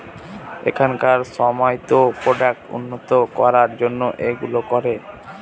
এখনকার সময়তো প্রোডাক্ট উন্নত করার জন্য এইগুলো করে